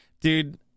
dude